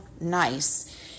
nice